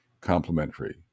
Complementary